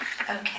Okay